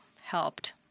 helped